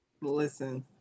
Listen